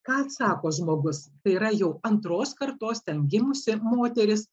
ką atsako žmogus yra jau antros kartos ten gimusi moteris